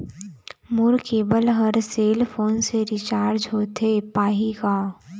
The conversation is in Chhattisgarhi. मोर केबल हर सेल फोन से रिचार्ज होथे पाही का?